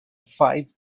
five